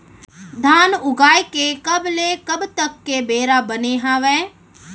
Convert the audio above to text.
धान उगाए के कब ले कब तक के बेरा बने हावय?